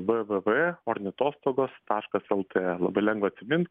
vvv ornitostogos taškas lt labai lengva atsimint